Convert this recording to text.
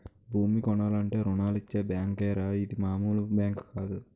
భూమి కొనాలంటే రుణాలిచ్చే బేంకురా ఇది మాములు బేంకు కాదు